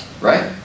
right